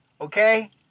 okay